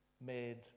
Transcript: made